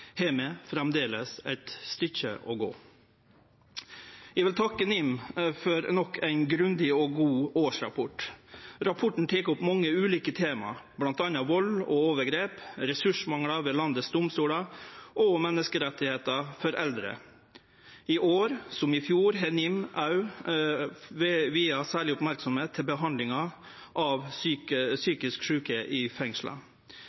eit stykke å gå. Eg vil takke NIM for nok ein grundig og god årsrapport. Rapporten tek opp mange ulike tema, bl.a. vald og overgrep, ressursmangel ved landets domstolar og menneskerettar for eldre. I år som i fjor har NIM òg vigd særleg merksemd til behandlinga av psykisk sjuke i fengsla.